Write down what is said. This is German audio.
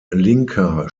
linker